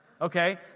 Okay